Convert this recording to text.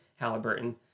Halliburton